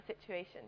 situation